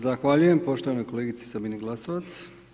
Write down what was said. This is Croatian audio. Zahvaljujem poštovanoj kolegici Sabini Glasovac.